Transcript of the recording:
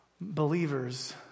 believers